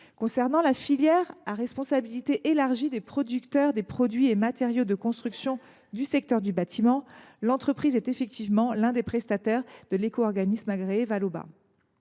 viens à la filière à responsabilité élargie des producteurs des produits et matériaux de construction du secteur du bâtiment. L’entreprise Ritleng Revalorisations est en effet l’un des prestataires de l’éco organisme agréé Valobat.